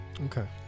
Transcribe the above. Okay